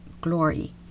glory